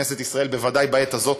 כנסת ישראל בוודאי אתכם בעת הזאת.